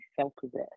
self-possessed